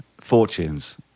Fortunes